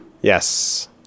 Yes